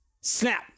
snap